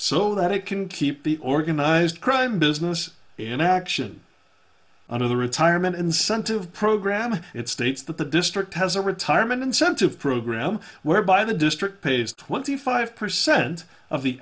so that it can keep the organized crime business in action under the retirement incentive program it states that the district has a retirement incentive program whereby the district pays twenty five percent of the